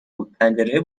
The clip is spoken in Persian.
بود، پنجره